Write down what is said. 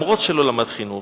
אף-על-פי שלא למד חינוך,